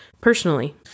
personally